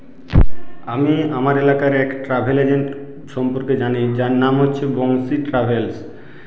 আমি আমার এলাকার এক ট্রাভেল এজেন্ট সম্পর্কে জানি যার নাম হচ্ছে বনশ্রী ট্রাভেলস